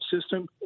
system